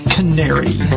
Canary